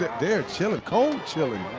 they're chilling. cold chilling.